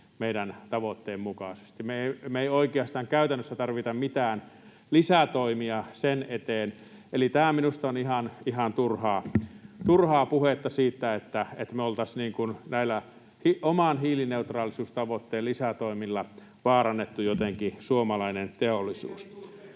meidän tavoitteen mukaisesti. Me emme oikeastaan käytännössä tarvitse mitään lisätoimia sen eteen. Eli tämä minusta on ihan turhaa puhetta siitä, että me oltaisiin näillä oman hiilineutraaliustavoitteen lisätoimilla vaarannettu jotenkin suomalainen teollisuus.